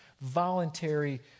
voluntary